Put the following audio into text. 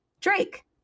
Drake